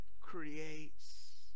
creates